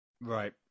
Right